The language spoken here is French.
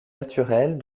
naturels